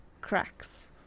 cracks